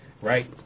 right